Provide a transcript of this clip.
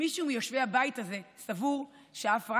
אם מישהו מיושבי הבית הזה סבור שההפרעה